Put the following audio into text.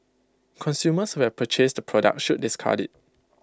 consumers who have purchased the product should discard IT